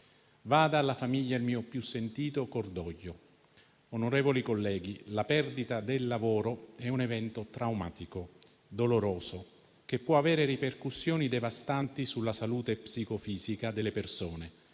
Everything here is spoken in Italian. Vada alla famiglia il mio più sentito cordoglio. Onorevoli colleghi, la perdita del lavoro è un evento traumatico e doloroso che può avere ripercussioni devastanti sulla salute psicofisica delle persone,